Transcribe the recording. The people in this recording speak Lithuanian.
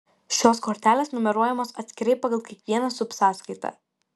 šios kortelės numeruojamos atskirai pagal kiekvieną subsąskaitą